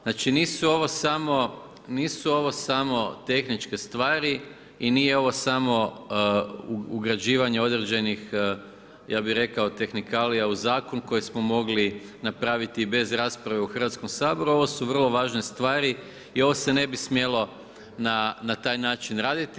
Znači nisu ovo samo tehničke stvari i nije ovo samo ugrađivanje određenih ja bi rekao tehnikalija u zakon, koje smo mogli napraviti bez rasprave u Hrvatskom saboru, ovo su vrlo važne stvari i ovo se ne bi smjelo na taj način raditi.